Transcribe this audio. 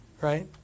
Right